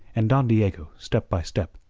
and don diego, step by step,